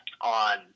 on